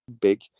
big